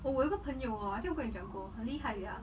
oh 我有个朋友 orh I think 我跟你讲过很厉害 ah